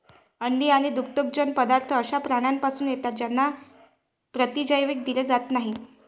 अंडी आणि दुग्धजन्य पदार्थ अशा प्राण्यांपासून येतात ज्यांना प्रतिजैविक दिले जात नाहीत